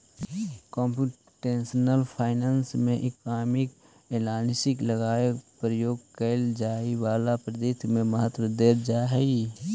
computational finance में economic analysis लगी प्रयोग कैल जाए वाला पद्धति के महत्व देल जा हई